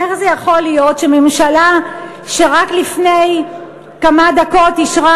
איך זה יכול להיות שממשלה שרק לפני כמה דקות אישרה